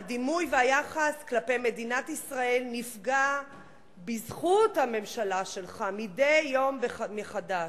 הדימוי והיחס כלפי מדינת ישראל נפגע בזכות הממשלה שלך מדי יום מחדש.